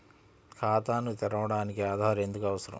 ఖాతాను తెరవడానికి ఆధార్ ఎందుకు అవసరం?